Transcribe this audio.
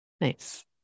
Nice